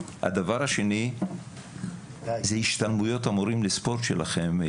הדבר השני זה השתלמויות המורים לספורט שלכם.